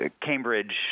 Cambridge